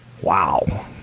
Wow